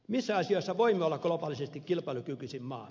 missä asioissa voimme olla globaalisti kilpailukykyisin maa